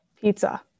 Pizza